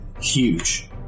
huge